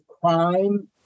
crime